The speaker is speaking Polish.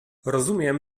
rozumiem